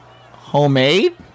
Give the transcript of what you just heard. homemade